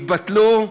התבטלו.